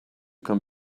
come